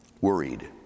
worried